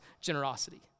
generosity